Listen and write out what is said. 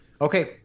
Okay